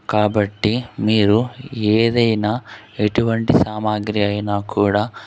కాబట్టి మీరు ఏదైనా ఎటువంటి సామాగ్రి అయినా కూడా